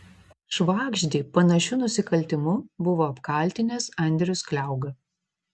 švagždį panašiu nusikaltimu buvo apkaltinęs andrius kliauga